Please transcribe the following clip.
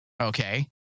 okay